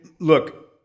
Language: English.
Look